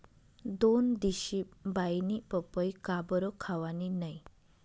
दोनदिशी बाईनी पपई काबरं खावानी नै